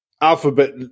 alphabet